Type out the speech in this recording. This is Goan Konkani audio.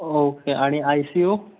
ओके आनी आय सि यू